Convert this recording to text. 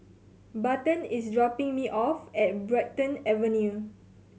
Barton is dropping me off at Brighton Avenue